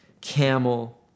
camel